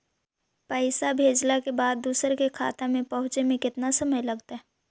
पैसा भेजला के बाद दुसर के खाता में पहुँचे में केतना समय लगतइ?